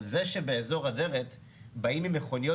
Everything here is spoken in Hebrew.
אבל זה שבאזור אדרת באים עם מכוניות